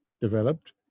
developed